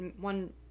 one